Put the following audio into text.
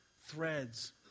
threads